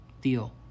deal